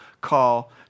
call